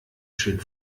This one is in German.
schön